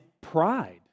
pride